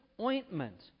ointment